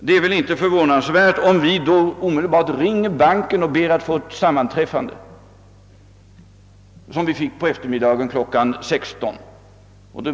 Det är väl inte förvånansvärt om vi då omedelbart ringde banken och bad om ett sammanträffande, som vi fick på eftermiddagen kl. 16.